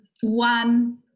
one